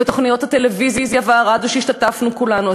ובתוכניות הטלוויזיה והרדיו שהשתתפנו בהן כולנו.